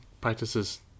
practices